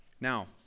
Now